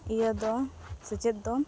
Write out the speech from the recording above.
ᱤᱭᱟᱹᱫᱚ ᱥᱮᱪᱮᱫ ᱫᱚ